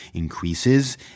increases